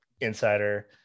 insider